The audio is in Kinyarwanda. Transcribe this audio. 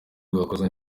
rwakozwe